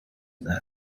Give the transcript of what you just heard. there